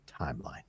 timeline